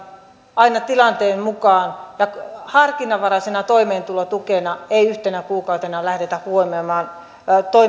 aina tilanteen mukaan ja harkinnanvaraisena toimeentulotukena ei yhtenä kuukautena lähdetä huomioimaan